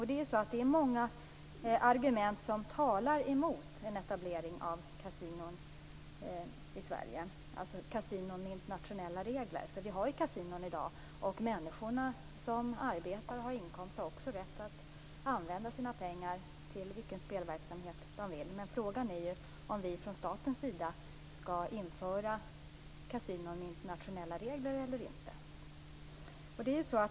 Det finns många argument som talar emot en etablering av kasinon med internationella regler i Sverige. Det finns kasinon i dag, och människor som arbetar och har inkomst har rätt att använda sina pengar till vilken spelverksamhet de vill. Frågan är om vi från statens sida skall införa kasinon med internationella regler eller inte.